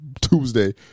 Tuesday